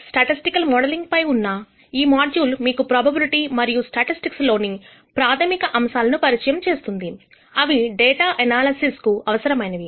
statistical modelling పై ఉన్న ఈ మాడ్యూల్ మీకు ప్రాబబిలిటీ మరియు స్టాటిస్టిక్స్ లోని ప్రాథమిక అంశాలను పరిచయం చేస్తుంది అవి డేటా ఎనాలసిస్ కు అవసరమైనవి